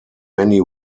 many